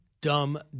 dumb